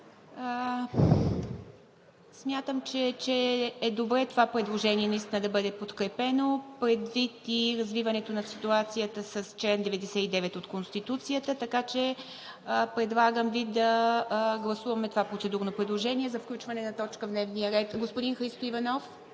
Смятам, че е добре това предложение да бъде подкрепено, предвид и развиването на ситуацията с чл. 99 от Конституцията, така че Ви предлагам да гласуваме това процедурно предложение за включване на точка в дневния ред. Господин Христо Иванов,